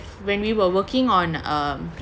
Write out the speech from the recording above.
when we were working on um